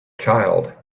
child